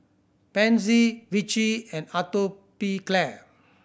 Pansy Vichy and Atopiclair